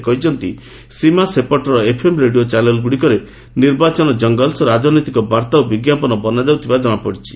ସେ କହିଛନ୍ତି ସୀମା ସେପଟର ଏଫ୍ଏମ୍ ରେଡିଓ ଚାନେଲ୍ଗୁଡ଼ିକରେ ନିର୍ବାଚନ ଜଙ୍ଗଲ୍ସ ରାଜନୈତିକ ବାର୍ତ୍ତା ଓ ବିଜ୍ଞାପନ ବନାଯାଉଥିବାର ଜଣାପଡ଼ିଛି